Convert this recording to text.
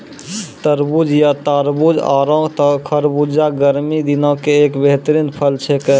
तरबूज या तारबूज आरो खरबूजा गर्मी दिनों के एक बेहतरीन फल छेकै